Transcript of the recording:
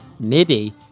Niddy